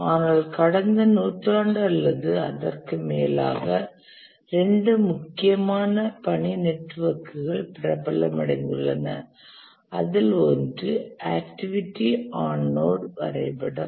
ஆனால் கடந்த நூற்றாண்டு அல்லது அதற்கு மேலாக இரண்டு முக்கிய பணி நெட்வொர்க்குகள் பிரபலமடைந்துள்ளன அதில் ஒன்று ஆக்டிவிட்டி ஆன் நோட் வரைபடம்